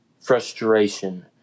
frustration